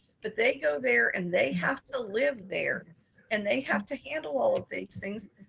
but they go there and they have to live there and they have to handle all of these things.